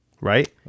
right